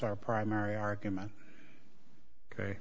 our primary argument ok